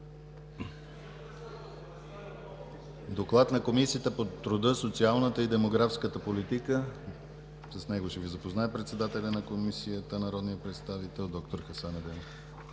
Доклад на Комисията по труда, социалната и демографската политика. С него ще Ви запознае председателят на Комисията народният представител доктор Хасан Адемов.